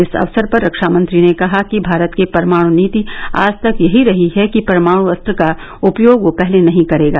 इस अवसर पर रक्षामंत्री ने कहा कि भारत की परमाणु नीति आज तक यही रही है कि परमाणु अस्त्र का उपयोग वो पहले नहीं करेगा